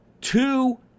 two